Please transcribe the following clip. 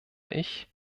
ich